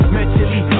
Mentally